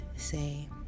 say